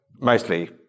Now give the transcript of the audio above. mostly